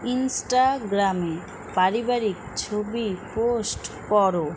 ইনস্টাগ্রামে পারিবারিক ছবি পোস্ট করো